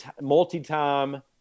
multi-time